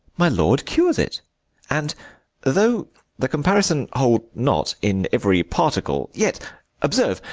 my lord cures it and though the comparison hold not in every particle, yet observe,